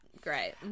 great